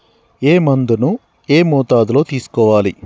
ఏ మందును ఏ మోతాదులో తీసుకోవాలి?